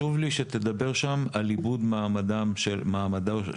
שתדבר שם על איבוד המעמד של המנהיג.